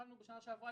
התחלנו בשנה שעברה,